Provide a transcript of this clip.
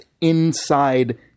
inside